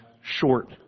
short